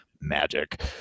magic